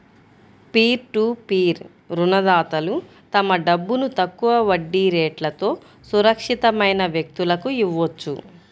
peer to peer రుణదాతలు తమ డబ్బును తక్కువ వడ్డీ రేట్లతో సురక్షితమైన వ్యక్తులకు ఇవ్వొచ్చు